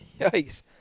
Yikes